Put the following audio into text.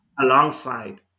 alongside